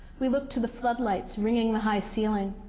we looked to the flood lights wringing the high ceiling.